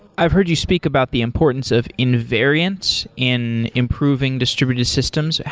i've heard you speak about the importance of invariants in improving distributed systems.